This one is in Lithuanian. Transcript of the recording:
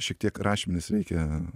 šiek tiek rašmenis reikia